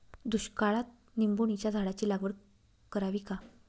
दुष्काळात निंबोणीच्या झाडाची लागवड करावी का?